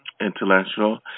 intellectual